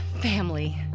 family